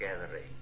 gathering